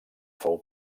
fou